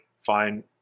fine